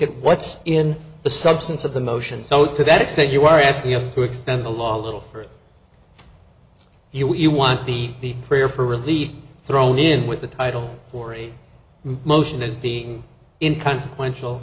at what's in the substance of the motion so to that extent you are asking us to extend the law a little for you what you want the prayer for relief thrown in with the title for a motion is being in consequential